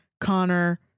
connor